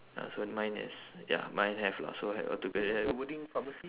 ah so mine has ya mine have lah so have a together